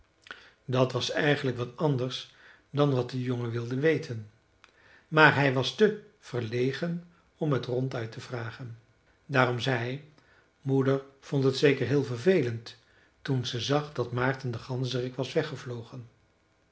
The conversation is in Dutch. dat was eigenlijk wat anders dan wat de jongen wilde weten maar hij was te verlegen om t ronduit te vragen daarom zei hij moeder vond het zeker heel vervelend toen ze zag dat maarten de ganzerik was weggevlogen